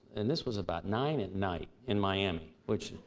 and this was about nine at night. in miami which